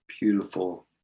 beautiful